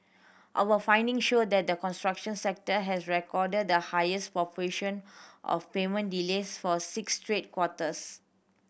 our finding show that the construction sector has recorded the highest proportion of payment delays for six straight quarters